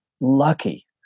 lucky